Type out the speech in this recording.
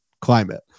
climate